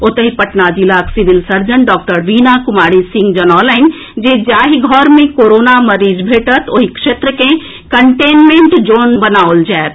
ओतहि पटना जिलाक civil surgeon doctor Veena Kumari Singh जनौलनि जे जाहि घर मे कोरोना मरीज भेटत ओहि क्षेत्र के कंटेनमेंट जोन बनाओल जाएत